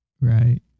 Right